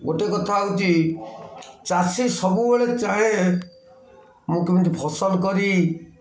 ଗୋଟେ କଥା ହଉଛି ଚାଷୀ ସବୁବେଳେ ଚାହେଁ ମୁଁ କେମିତି ଫସଲ କରି